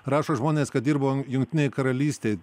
rašo žmonės kad dirbom jungtinėj karalystėj